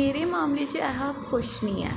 मेरे मामले च ऐहा कुछ निं ऐ